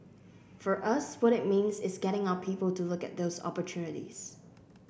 for us what it means is getting our people to look at those opportunities